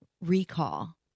recall